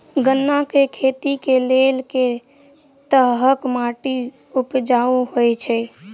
गन्ना केँ खेती केँ लेल केँ तरहक माटि उपजाउ होइ छै?